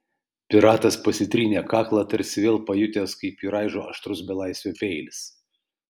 piratas pasitrynė kaklą tarsi vėl pajutęs kaip jį raižo aštrus belaisvio peilis